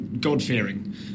God-fearing